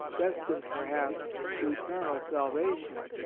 destined, perhaps, to eternal salvation.